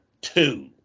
Two